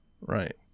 Right